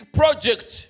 project